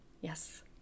Yes